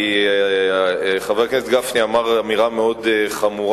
כי חבר הכנסת גפני אמר אמירה מאוד חמורה,